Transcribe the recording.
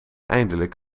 eindelijk